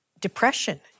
depression